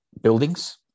buildings